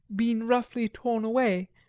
been roughly torn away,